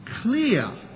clear